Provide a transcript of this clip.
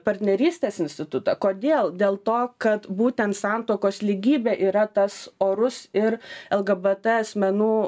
partnerystės institutą kodėl dėl to kad būtent santuokos lygybė yra tas orus ir lgbt asmenų